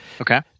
Okay